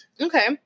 Okay